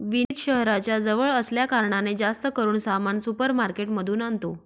विनीत शहराच्या जवळ असल्या कारणाने, जास्त करून सामान सुपर मार्केट मधून आणतो